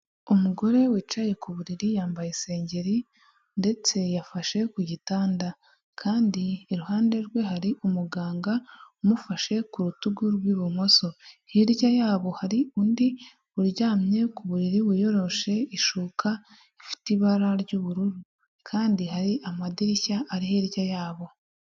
Umugore wicaye ku buriri, yambaye isengeri ndetse yafashe ku gitanda, kandi iruhande rwe hari umuganga umufashe ku rutugu rw'ibumoso, hirya yabo hari undi uryamye ku buriri wiyoroshe ishuka ifite ibara ry'ubururu, kandi hari amadirishya ari hirya yabo.